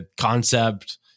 concept